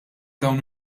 dawn